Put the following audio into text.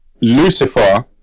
Lucifer